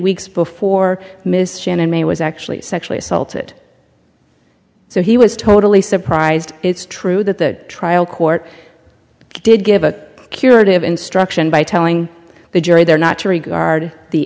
weeks before miss shannon may was actually sexually assaulted so he was totally surprised it's true that the trial court did give a curative instruction by telling the jury there not to regard the